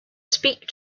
speak